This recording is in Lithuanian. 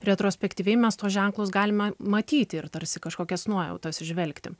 retrospektyviai mes tuos ženklus galime matyti ir tarsi kažkokias nuojautas įžvelgti